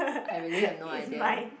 I really have no idea